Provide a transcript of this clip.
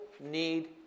need